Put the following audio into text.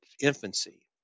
infancy